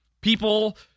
people